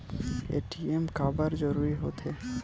ATM काबर जरूरी हो थे?